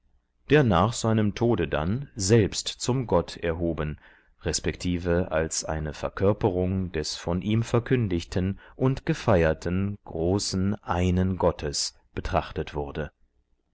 der nach seinem tode dann selbst zum gott erhoben resp als eine verkörperung des von ihm verkündigten und gefeierten großen einen gottes betrachtet wurde